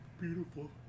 Beautiful